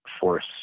force